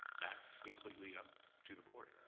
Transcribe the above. that's completely up to the board.